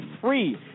free